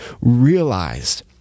realized